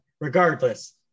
regardless